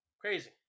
crazy